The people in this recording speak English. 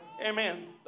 Amen